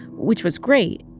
which was great,